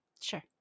Sure